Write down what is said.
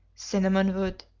cinnamon wood,